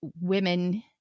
women